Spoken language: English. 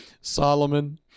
Solomon